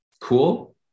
Cool